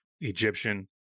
Egyptian